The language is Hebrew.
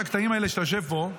יש את הקטעים האלה שאתה יושב פה,